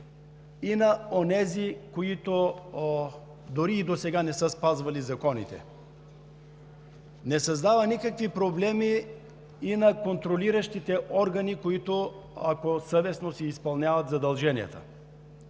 и на онези, които дори и досега не са спазвали законите. Не създава никакви проблеми и на контролиращите органи, ако съвестно си изпълняват задълженията.